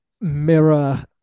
mirror